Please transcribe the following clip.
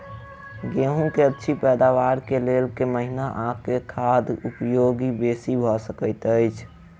गेंहूँ की अछि पैदावार केँ लेल केँ महीना आ केँ खाद उपयोगी बेसी भऽ सकैत अछि?